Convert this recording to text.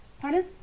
Pardon